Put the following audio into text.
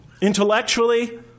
Intellectually